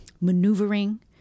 maneuvering